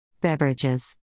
Beverages